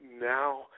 now